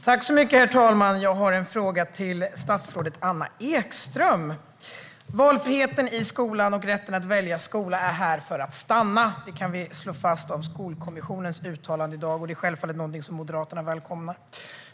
Herr talman! Jag har en fråga till statsrådet Anna Ekström. Valfriheten i skolan och rätten att välja skola är här för att stanna. Det kan vi slå fast efter att ha läst Skolkommissionens uttalande i dag, och det är självfallet något som Moderaterna välkomnar.